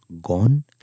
gone